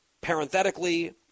Parenthetically